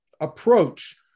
approach